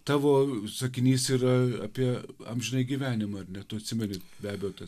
tavo sakinys yra apie amžinąjį gyvenimą ar ne tu atsimeni beabėjo tas